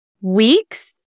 weeks